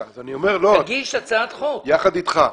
יחד אתך.